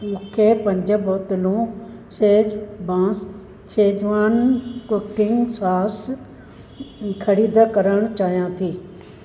मूंखे पंज बोतलूं chef boss schezwan cooking sauce ख़रीद करणु चाहियां थी